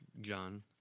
John